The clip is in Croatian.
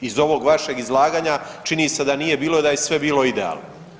Iz ovog vašeg izlaganja čini se da nije bilo, da je sve bilo idealno.